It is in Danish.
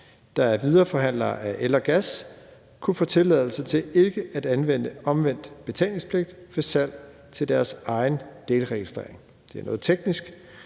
der er videreforhandlere af el og gas, kunne få tilladelse til ikke at anvende omvendt betalingspligt for salg til deres egen delregistrering. Det er noget teknisk,